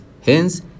hence